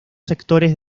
sectores